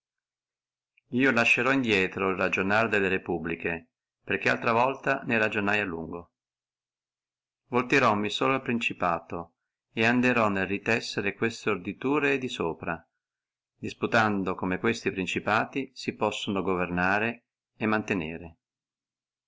io lascerò indrieto el ragionare delle repubbliche perché altra volta ne ragionai a lungo volterommi solo al principato et anderò nel ritese queste orditura e disputerò come questi principati si possino governare e mantenere